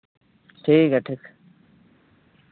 ᱴᱷᱤᱠ ᱜᱮᱭᱟ ᱴᱷᱤᱠ